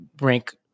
rank